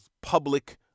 public